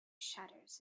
shutters